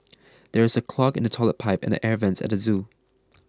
there is a clog in the Toilet Pipe and the Air Vents at the zoo